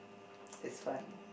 is fun